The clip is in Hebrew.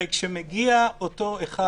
הרי כשמגיע אותו אחד,